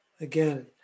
Again